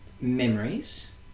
memories